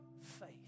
faith